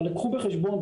אבל קחו בחשבון,